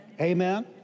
Amen